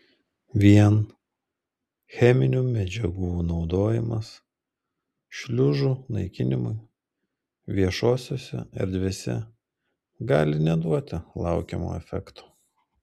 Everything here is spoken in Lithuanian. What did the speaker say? vien cheminių medžiagų naudojimas šliužų naikinimui viešosiose erdvėse gali neduoti laukiamo efekto